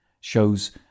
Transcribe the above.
shows